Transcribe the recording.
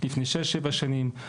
לפני שש-שבע שנים.